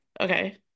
Okay